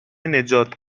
نجات